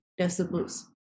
decibels